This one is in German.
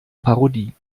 parodie